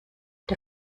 der